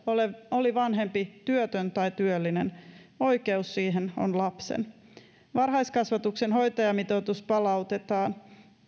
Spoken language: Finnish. oli vanhempi työtön tai työllinen oikeus siihen on lapsen varhaiskasvatuksen hoitajamitoitus palautetaan